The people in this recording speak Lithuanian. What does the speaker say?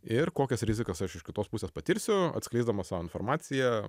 ir kokias rizikas aš iš kitos pusės patirsiu atskleisdamas informaciją